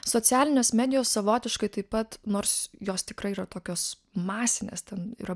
socialinės medijos savotiškai taip pat nors jos tikrai yra tokios masinės ten yra